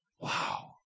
Wow